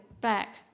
back